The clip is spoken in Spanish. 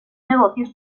negocios